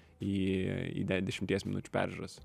į į de dešimties minučių peržiūros